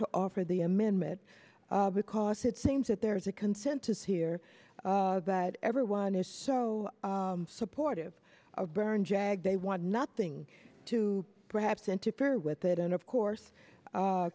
to offer the amendment because it seems that there is a consensus here that everyone is so supportive of burn jag they want nothing to perhaps interfere with it and of course